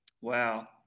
Wow